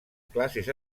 classes